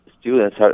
students